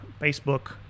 Facebook